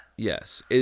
Yes